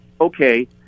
okay